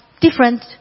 different